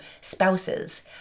spouses